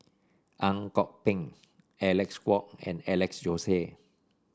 Ang Kok Peng Alec Kuok and Alex Josey